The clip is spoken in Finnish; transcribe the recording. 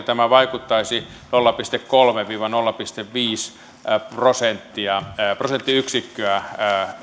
tämä vaikuttaisi nolla pilkku kolme viiva nolla pilkku viisi prosenttiyksikköä